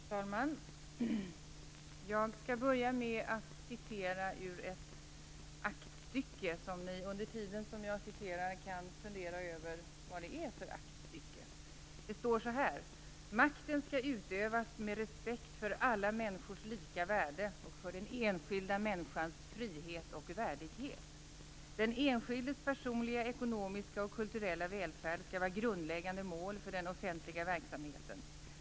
Fru talman! Jag skall börja med att citera ur ett aktstycke. Medan jag citerar kan ni fundera över vilket aktstycke det är. Det står så här: "- makten skall utövas med respekt för alla människors lika värde och för den enskilda människans frihet och värdighet. Den enskildes personliga, ekonomiska och kulturella välfärd skall vara grundläggande mål för den offentliga verksamheten.